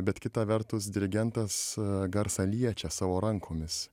bet kita vertus dirigentas garsą liečia savo rankomis